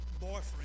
boyfriend